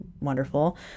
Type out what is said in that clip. wonderful